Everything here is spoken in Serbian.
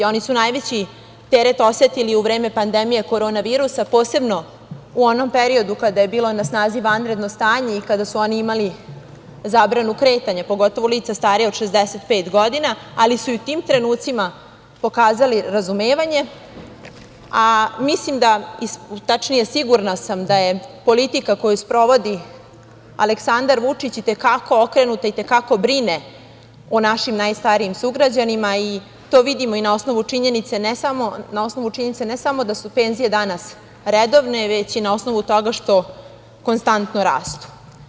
Oni su najveći teret osetili u vreme pandemije korona virusa, posebno u onom periodu kada je bilo na snazi vanredno stanje i kada su oni imali zabranu kretanja, pogotovo lica starija od 65 godina, ali su i u tim trenucima pokazali razumevanje, a mislim da, tačnije sigurna sam, da je politika koju sprovodi Aleksandar Vučić i te kako okrenuta, i te kako brine o našim najstarijim sugrađanima i to vidimo i na osnovu činjenice, ne samo da su penzije danas redovne, već i na osnovu toga što konstantno rastu.